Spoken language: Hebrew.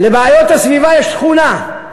לבעיות הסביבה יש תכונה,